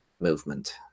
movement